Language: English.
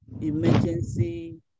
emergency